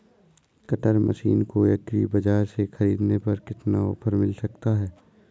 Cutter machine को agri बाजार से ख़रीदने पर कितना ऑफर मिल सकता है?